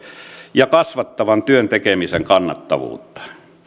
ja kasvattavan työn tekemisen kannattavuutta